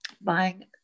buying